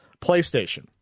playstation